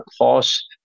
cost